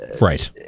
right